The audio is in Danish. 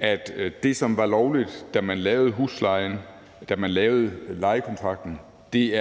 at det, som var lovligt, da man lavede huslejen, da man lavede lejekontrakterne,